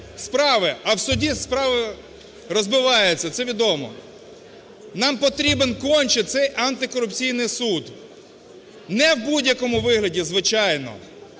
справи, а в суді справи розбиваються, це відомо. Нам потрібен конче цей антикорупційний суд. Не в будь-якому вигляді, звичайно,